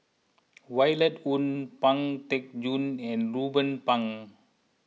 Violet Oon Pang Teck Joon and Ruben Pang